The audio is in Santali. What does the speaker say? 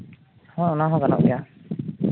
ᱦᱮᱸ ᱚᱱᱟ ᱦᱚᱸ ᱜᱟᱱᱚᱜ ᱜᱮᱭᱟ